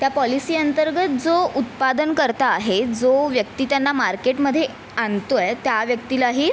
त्या पॉलिसीअंतर्गत जो उत्पादनकर्ता आहे जो व्यक्ती त्यांना मार्केटमध्ये आणतो आहे त्या व्यक्तीलाही